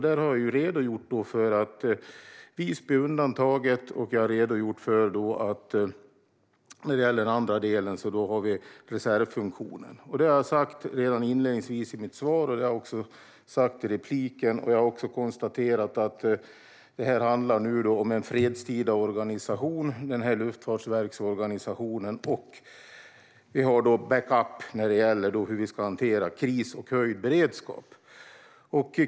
Jag har redogjort för att Visby är undantaget. När det gäller den andra delen har jag redogjort för att vi har en reservfunktion. Detta har jag sagt både inledningsvis i mitt svar och i repliken. Jag har också konstaterat att denna luftfartsverksorganisation handlar om en fredstida organisation och att vi har backup när det gäller hur vi ska hantera kris och höjd beredskap.